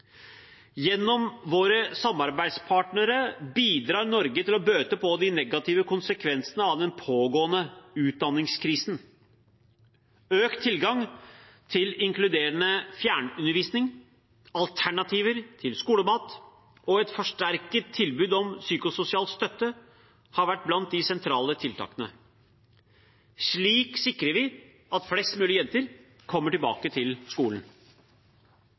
Gjennom våre samarbeidspartnere bidrar Norge til å bøte på de negative konsekvensene av den pågående utdanningskrisen. Økt tilgang til inkluderende fjernundervisning, alternativer til skolemat og et forsterket tilbud om psykososial støtte har vært blant de sentrale tiltakene. Slik sikrer vi at flest mulig jenter kommer tilbake til skolen.